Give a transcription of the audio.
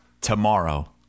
tomorrow